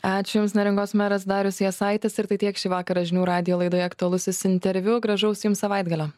ačiū jums neringos meras darius jasaitis ir tai tiek šį vakarą žinių radijo laidoje aktualusis interviu gražaus jums savaitgalio